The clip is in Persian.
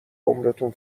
عمرتون